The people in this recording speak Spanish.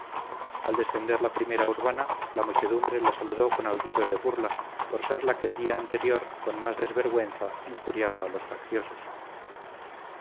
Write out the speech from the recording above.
al descender la primera urbana la muchedumbre la saludó con aullidos de burla por ser la que el día anterior con más desvergüenza injuriaba a los facciosos